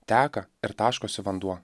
teka ir taškosi vanduo